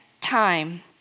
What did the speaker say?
time